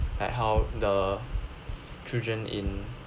like how the children in